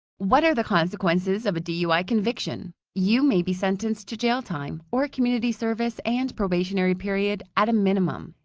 what are the consecuences of a dui conviction? you may be sentenced to jail time, or community service and probationary period at a minimum.